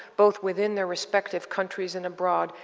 both within their respective countries and abroad.